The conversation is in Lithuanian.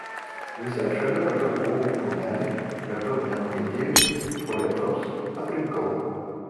visai šalia radau uogų krūmelį per daug nenukentėjusį po lietaus aprinkau